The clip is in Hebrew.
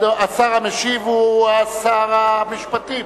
השר המשיב הוא שר המשפטים,